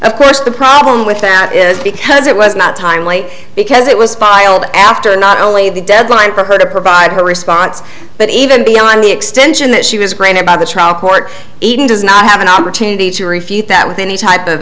of course the problem with that is because it was not timely because it was filed after not only the deadline for her to provide her response but even beyond the extension that she was granted by the trial court even does not have an opportunity to refute that with any type of